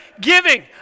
Giving